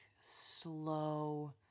slow